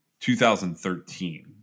2013